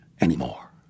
anymore